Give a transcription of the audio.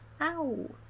Ow